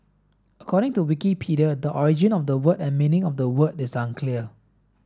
according to Wikipedia the origin of the word and meaning of the word is unclear